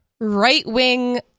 right-wing